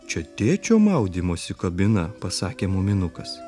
čia tėčio maudymosi kabina pasakė muminukas